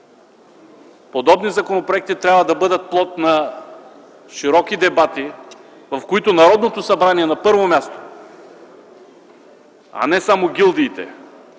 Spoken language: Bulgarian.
подобни законопроекти трябва да бъдат плод на широки дебати, в които Народното събрание на първо място, а не само гилдиите,